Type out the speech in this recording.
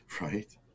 Right